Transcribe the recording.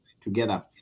together